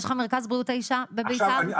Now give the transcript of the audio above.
יש לך במרכז בריאות האישה בביתר?